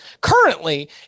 currently